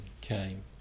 came